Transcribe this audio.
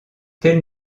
tel